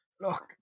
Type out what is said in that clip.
Look